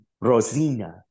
Rosina